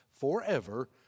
forever